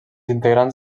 integrants